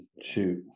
shoot